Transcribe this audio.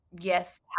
Yes